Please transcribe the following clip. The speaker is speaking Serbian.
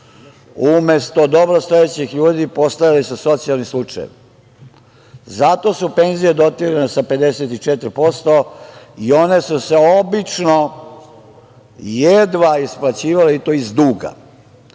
stranu. Umesto dobrostojećih ljudi, postojali su socijalni slučajevi. Zato su penzije dotirane sa 54%, i one su se obično jedva isplaćivale i to iz duga,